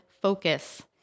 focus